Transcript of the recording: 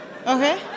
okay